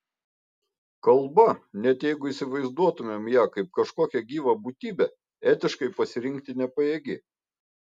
kalba net jeigu įsivaizduotumėm ją kaip kažkokią gyvą būtybę etiškai pasirinkti nepajėgi